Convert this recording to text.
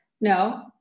No